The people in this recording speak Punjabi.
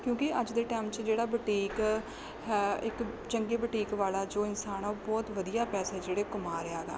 ਕਿਉਂਕਿ ਅੱਜ ਦੇ ਟਾਈਮ 'ਚ ਜਿਹੜਾ ਬੂਟੀਕ ਹੈ ਇੱਕ ਚੰਗੇ ਬੂਟੀਕ ਵਾਲਾ ਜੋ ਇਨਸਾਨ ਆ ਉਹ ਬਹੁਤ ਵਧੀਆ ਪੈਸੇ ਜਿਹੜੇ ਕਮਾ ਰਿਹਾ ਗਾ